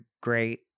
great